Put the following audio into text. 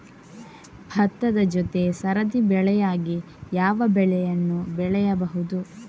ಭತ್ತದ ಜೊತೆ ಸರದಿ ಬೆಳೆಯಾಗಿ ಯಾವ ಬೆಳೆಯನ್ನು ಬೆಳೆಯಬಹುದು?